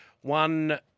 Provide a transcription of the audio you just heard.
one